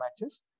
matches